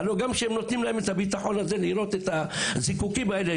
הלא גם כשהם נותנים להם את הביטחון לירות את הזיקוקים האלה,